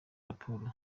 raporo